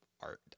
art